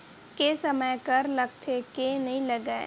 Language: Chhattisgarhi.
के समय कर लगथे के नइ लगय?